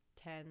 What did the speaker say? ten